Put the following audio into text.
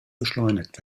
beschleunigt